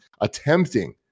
attempting